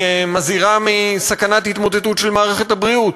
מזהירה מסכנת התמוטטות של מערכת הבריאות.